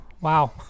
Wow